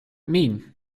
mean